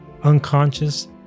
unconscious